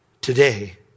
Today